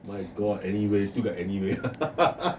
my god anyway still got anyway